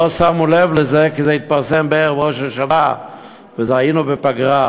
לא שמו לב לזה כי זה התפרסם בערב ראש השנה והיינו בפגרה,